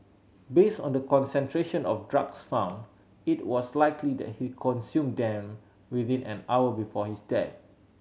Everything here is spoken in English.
based on the concentration of drugs found it was likely that he consumed them within an hour before his death